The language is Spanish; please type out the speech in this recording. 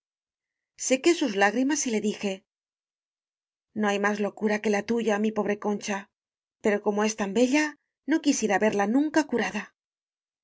busca sequé sus lágrimas y le dije no hay más locura que la tuya mi pobre concha pero como es tan bella no quisie ra verla nunca curada